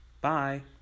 Bye